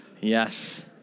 Yes